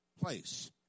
place